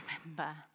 remember